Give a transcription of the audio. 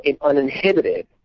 uninhibited